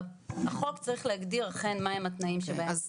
החוק צריך להגדיר אכן מה הם התנאים שבהם יש חובה.